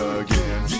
again